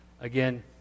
Again